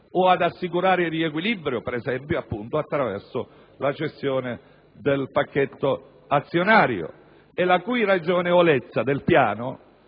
o ad assicurare il riequilibrio, per esempio attraverso la cessione del pacchetto azionario, e che la ragionevolezza di tale piano